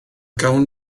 gawn